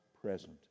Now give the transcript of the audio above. present